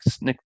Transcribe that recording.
nick